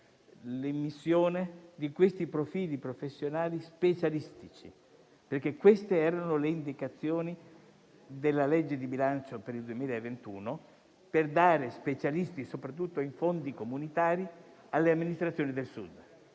l'immissione di questi profili professionali specialistici, perché queste erano le indicazioni della legge di bilancio per il 2021, al fine di dare specialisti, soprattutto in fondi comunitari, alle amministrazioni del Sud.